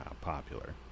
popular